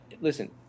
listen